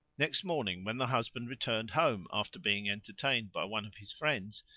next morning when the husband returned home after being entertained by one of his friends,